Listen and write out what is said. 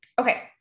Okay